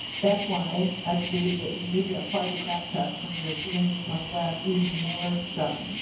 that's why i believe that we need to apply the craap test when you're doing things on the web even more so.